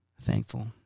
thankful